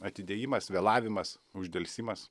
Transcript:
atidėjimas vėlavimas uždelsimas